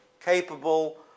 capable